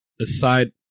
aside